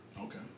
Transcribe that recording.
Okay